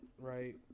right